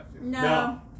No